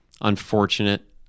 unfortunate